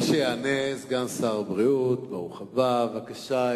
מי שיענה זה סגן שר הבריאות, ברוך הבא, בבקשה.